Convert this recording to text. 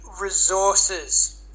resources